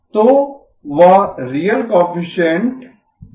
तो वह real coefficient भाग से आता है